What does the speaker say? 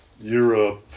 Europe